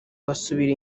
basubira